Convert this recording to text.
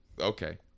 okay